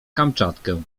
kamczatkę